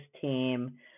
team